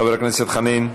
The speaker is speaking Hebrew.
חבר הכנסת חנין.